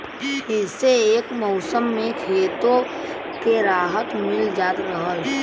इह्से एक मउसम मे खेतो के राहत मिल जात रहल